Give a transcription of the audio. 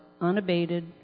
unabated